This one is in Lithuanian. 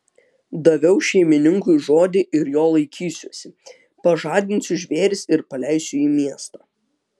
daviau šeimininkui žodį ir jo laikysiuosi pažadinsiu žvėris ir paleisiu į miestą